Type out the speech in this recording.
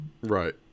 Right